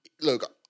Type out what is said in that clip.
look